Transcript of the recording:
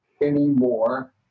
anymore